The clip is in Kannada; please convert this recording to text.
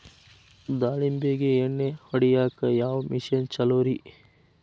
ದಾಳಿಂಬಿಗೆ ಎಣ್ಣಿ ಹೊಡಿಯಾಕ ಯಾವ ಮಿಷನ್ ಛಲೋರಿ?